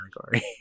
category